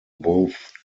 both